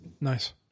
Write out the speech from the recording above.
Nice